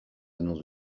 annonce